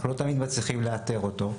אנחנו לא תמיד מצליחים לאתר אותו.